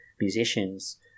musicians